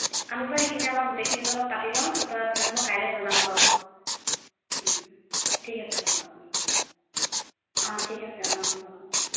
আমি বাৰু সেইখিনি আমাৰ গোটেইখিনিৰ লগত পাতি লওঁ তাৰপৰা আপোনাক মই কাইলৈ জনাম বাৰু ঠিক আছে হ'ব বাৰু অঁ ঠিক আছে অঁ হ'ব হ'ব